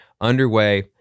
underway